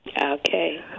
Okay